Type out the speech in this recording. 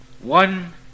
One